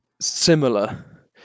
similar